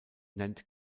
nennt